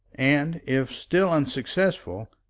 and, if still unsuccessful,